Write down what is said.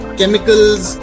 chemicals